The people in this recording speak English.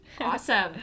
Awesome